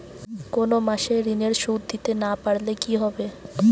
কোন মাস এ ঋণের সুধ দিতে না পারলে কি হবে?